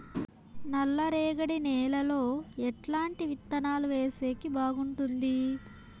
నల్లరేగడి నేలలో ఎట్లాంటి విత్తనాలు వేసేకి బాగుంటుంది?